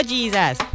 Jesus